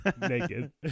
naked